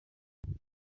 ifoto